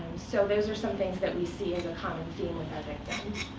so those are some things that we see as a common theme with our victims.